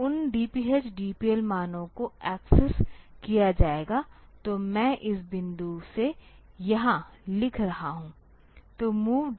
तो उन DPH DPL मानों को एक्सेस किया जाएगा तो मैं इस बिंदु से यहां लिख रहा हूं